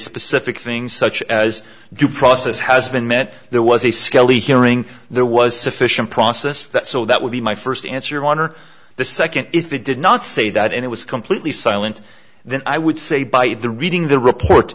specific things such as due process has been met there was a skelly hearing there was sufficient process that so that would be my first answer one or the second if they did not say that and it was completely silent then i would say by the reading the report